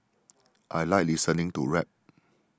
I like listening to rap